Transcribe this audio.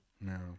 no